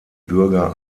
bürger